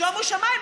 שומו שמיים,